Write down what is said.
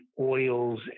oils